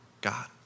God